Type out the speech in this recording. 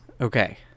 Okay